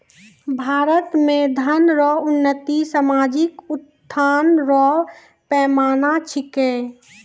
भारत मे धन रो उन्नति सामाजिक उत्थान रो पैमाना छिकै